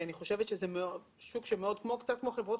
אני חושבת שזה שוק שהוא קצת כמו חברות